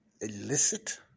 illicit